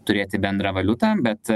turėti bendrą valiutą bet